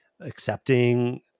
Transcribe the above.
Accepting